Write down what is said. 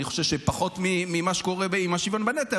אני חושב שפחות ממה שקורה עם השוויון בנטל,